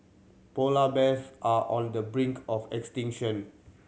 polar bears are on the brink of extinction